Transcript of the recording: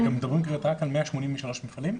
מדברים רק על 189 מפעלים?